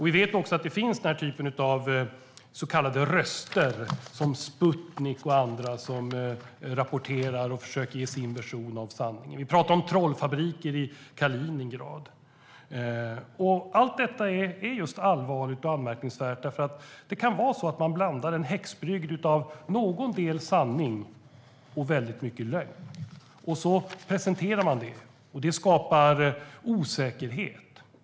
Vi vet också att det finns så kallade röster, som Sputnik och andra, som rapporterar och försöker ge sin version av sanningen. Vi talar om trollfabriker i Kaliningrad. Allt detta är allvarligt och anmärkningsvärt, för det kan vara så att man blandar en häxbrygd av någon del sanning och väldigt mycket lögn. Så presenterar man det, och det skapar osäkerhet.